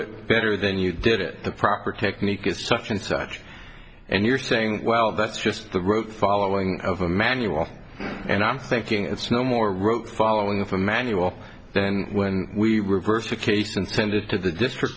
it better than you did it the proper technique is such and such and you're saying well that's just the rote following of a manual and i'm thinking it's no more rote following of a manual then when we reversed a case and send it to the district